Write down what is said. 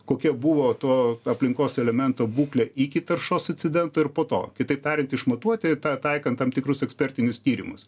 kokia buvo to aplinkos elemento būklė iki taršos incidento ir po to kitaip tariant išmatuoti tą taikant tam tikrus ekspertinius tyrimus